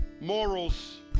morals